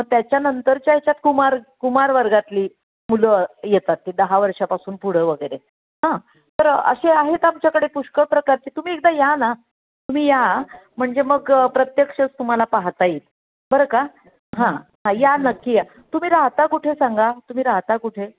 त्याच्यानंतरच्या याच्यात कुमार कुमार वर्गातली मुलं येतात ते दहा वर्षापासून पुढं वगैरे हां तर असे आहेत आमच्याकडे पुष्कळ प्रकारचे तुम्ही एकदा या ना तुम्ही या म्हणजे मग प्रत्यक्षच तुम्हाला पाहता येईल बरं का हां या नक्की या तुम्ही राहता कुठे सांगा तुम्ही राहता कुठे